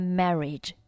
marriage